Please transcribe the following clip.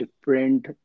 different